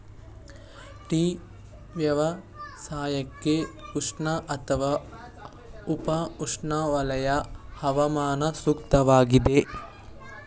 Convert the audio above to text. tea ವ್ಯವಸಾಯಕ್ಕೆ ಉಷ್ಣ ಅಥವಾ ಉಪ ಉಷ್ಣವಲಯ ಹವಾಮಾನ ಸೂಕ್ತವಾಗಿದೆ